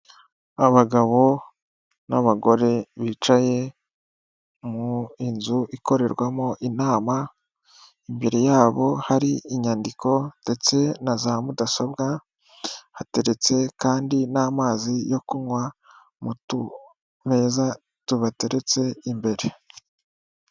Abagabo n'abagore bicaye mu inzu ikorerwamo inama, imbere yabo hari inyandiko ndetse na za mudasobwa, hateretse kandi n'amazi yo kunywa mu tumeza tubateretse imbere.